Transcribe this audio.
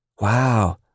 Wow